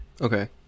okay